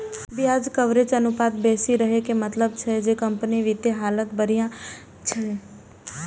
ब्याज कवरेज अनुपात बेसी रहै के मतलब छै जे कंपनीक वित्तीय हालत बढ़िया छै